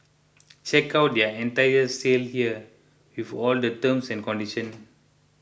check out their entire sale here with all the terms and conditions